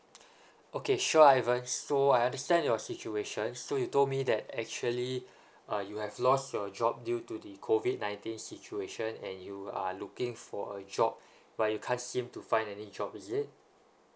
okay sure ivan so I understand your situation so you told me that actually uh you have lost your job due to the COVID nineteen situation and you are looking for a job but you can't seem to find any job is it